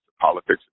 politics